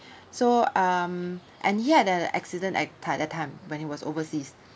so um and he had a accident at at that time when he was overseas